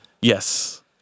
Yes